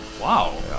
wow